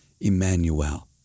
Emmanuel